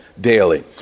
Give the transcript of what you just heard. daily